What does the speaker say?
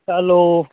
hello